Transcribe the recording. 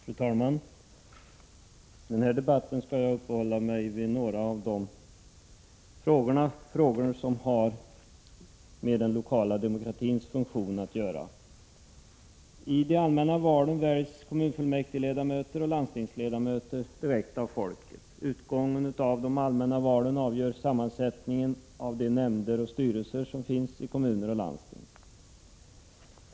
Fru talman! I denna debatt skall jag uppehålla mig vid några frågor som har med den lokala demokratins funktion att göra. I de allmänna valen väljs kommunfullmäktigeledamöter och landstingsledamöter direkt av folket. Utgången av de allmänna valen avgör sammansättningen av de nämnder och styrelser som finns i kommuner och landsting.